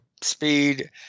speed